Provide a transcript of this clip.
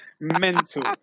Mental